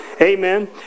Amen